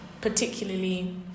particularly